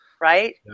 right